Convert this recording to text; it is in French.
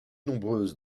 nombreuses